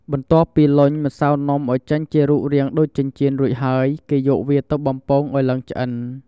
បន្ទាប់ពីលុញ ម្សៅនំឱ្យចេញជារូបរាងដូចចិញ្ចៀនរួចហើយ គេយកវាទៅបំពងឱ្យឡើងឆ្អិន។